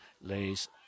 lays